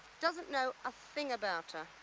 doesn't know a thing about her.